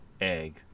egg